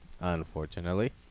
Unfortunately